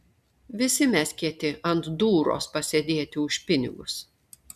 visi mes kieti ant dūros pasėdėti už pinigus